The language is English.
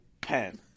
pen